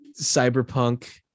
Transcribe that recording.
Cyberpunk